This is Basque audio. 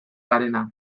garena